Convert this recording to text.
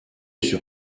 sur